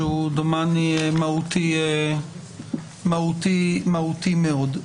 שדומני שהוא מהותי מאוד.